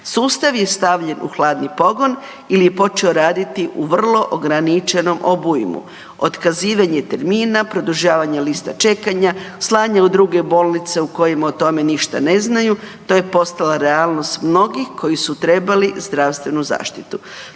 Sustav je stavljen u hladni pogon ili je počeo raditi u vrlo ograničenom obujmu. Otkazivanje termina, produžavanje lista čekanja, slanje u druge bolnice u kojima o tome ništa ne znaju, to je postala realnost mnogih koji su trebali zdravstvenu zaštitu.